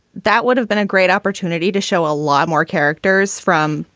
that would have been a great opportunity to show a lot more characters from.